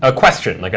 ah question, and like